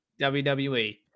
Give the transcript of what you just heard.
WWE